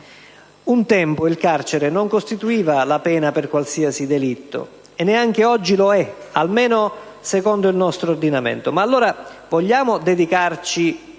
Un tempo il carcere non costituiva la pena per qualsiasi delitto e neanche oggi lo è, almeno secondo il nostro ordinamento, ma allora vogliamo dedicarci,